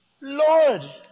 Lord